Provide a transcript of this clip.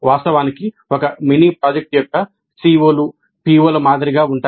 వాస్తవానికి ఒక mini project యొక్క CO లు PO ల మాదిరిగా ఉంటాయి